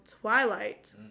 twilight